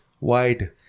wide